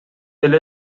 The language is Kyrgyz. эле